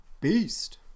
beast